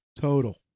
total